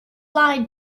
lied